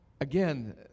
Again